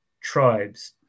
tribes